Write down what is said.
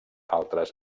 altres